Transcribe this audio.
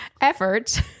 Effort